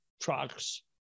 trucks